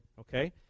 okay